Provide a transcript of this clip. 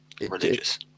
religious